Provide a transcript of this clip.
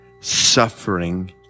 suffering